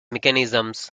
mechanisms